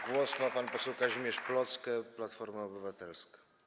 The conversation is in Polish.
Głos ma pan poseł Kazimierz Plocke, Platforma Obywatelska.